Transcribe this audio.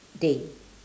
day